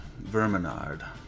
Verminard